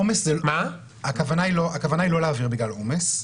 הכוונה היא לא להעביר בגלל עומס.